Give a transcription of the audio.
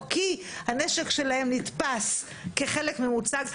או כי הנשק שלהם נתפס כחלק ממוצג.